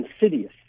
insidious